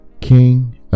King